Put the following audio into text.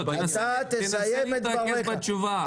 תנסה להתרכז בתשובה.